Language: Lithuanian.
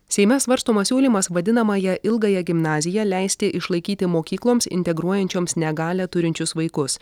seime svarstomas siūlymas vadinamąją ilgąją gimnaziją leisti išlaikyti mokykloms integruojančioms negalią turinčius vaikus